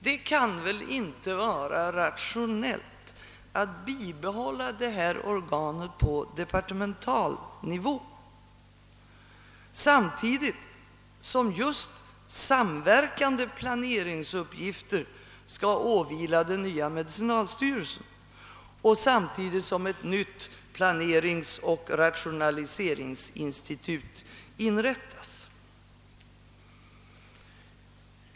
Det kan väl inte vara rationellt att bibehålla detta organ på departemental nivå samtidigt som just samverkande planeringsuppgifter skall åvila den nya medicinalstyrelsen och samtidigt som ett nytt planeringsoch rationaliseringsinstitut inrättas.